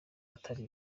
atari